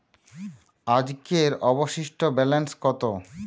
আজকের অবশিষ্ট ব্যালেন্স কত?